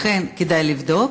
לכן כדאי לבדוק.